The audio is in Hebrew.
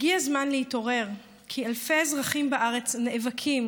הגיע הזמן להתעורר, כי אלפי אזרחים בארץ נאבקים